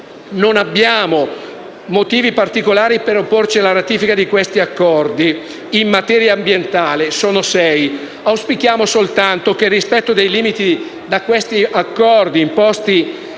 non abbiamo motivi particolari per opporci alla ratifica di questi sei accordi in materia ambientale. Auspichiamo soltanto che il rispetto dei limiti imposti da questi accordi sia